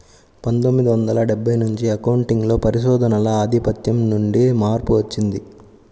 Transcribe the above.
పందొమ్మిది వందల డెబ్బై నుంచి అకౌంటింగ్ లో పరిశోధనల ఆధిపత్యం నుండి మార్పు వచ్చింది